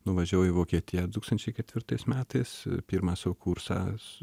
nuvažiavau į vokietiją du tūkstančiai ketvirtais metais pirmas jau kursas